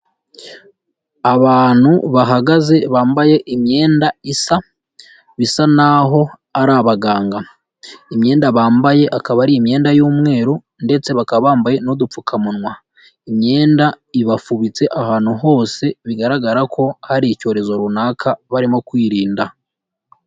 Abantu bahagaze bambaye imyenda isa bisa naho ari abaganga imyenda bambaye akaba ari imyenda y'umweru ndetse bakaba bambaye n'udupfukamunwa imyenda ibafubitse ahantu hose bigaragara ko hari icyorezo runaka barimo kwirinda .